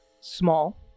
small